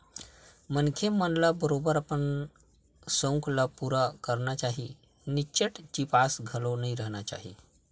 मनखे मन ल बरोबर अपन सउख ल पुरा करना चाही निच्चट चिपास घलो नइ रहिना चाही